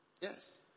Yes